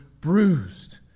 bruised